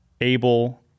able